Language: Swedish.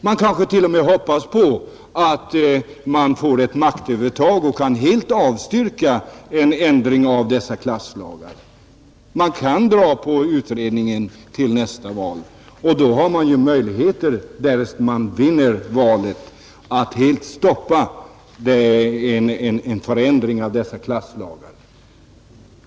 Man kanske t.o.m. hoppas att man får ett maktövertag och kan helt avstyrka en ändring av klasslagarna. Man kan dra på utredningen till nästa val och då har man möjligheter — därest man vinner valet — att helt stoppa en förändring av dessa klasslagar.